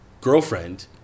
girlfriend